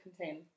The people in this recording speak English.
contain